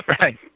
Right